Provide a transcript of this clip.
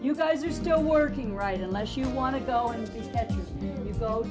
you guys are still working right unless you want to go and